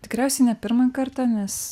tikriausiai ne pirmą kartą nes